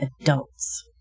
adults